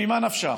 ממה נפשך,